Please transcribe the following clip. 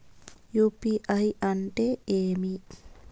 UPI అంటే ఏమి?